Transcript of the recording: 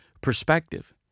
perspective